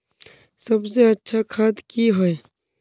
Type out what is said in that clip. सबसे अच्छा खाद की होय?